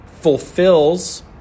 fulfills